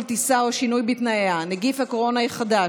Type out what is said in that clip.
טיסה או שינוי בתנאיה) (נגיף הקורונה החדש,